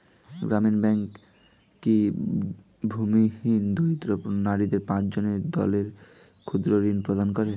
গ্রামীণ ব্যাংক কি ভূমিহীন দরিদ্র নারীদের পাঁচজনের দলকে ক্ষুদ্রঋণ প্রদান করে?